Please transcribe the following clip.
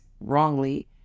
wrongly